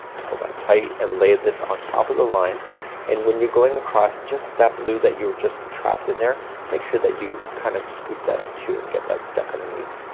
pull that tight and lay this on top of the line and when you're going across just that blue that you just trapped in there make sure that you kind of scoop that up too and get that stuck underneath.